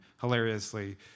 hilariously